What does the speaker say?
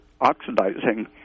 oxidizing